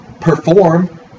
perform